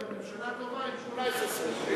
יכולה להיות גם ממשלה טובה עם 18 שרים.